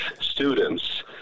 students